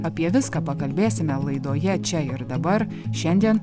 apie viską pakalbėsime laidoje čia ir dabar šiandien